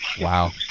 Wow